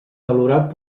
valorat